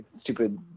stupid